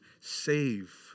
save